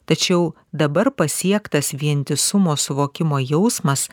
tačiau dabar pasiektas vientisumo suvokimo jausmas